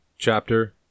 Chapter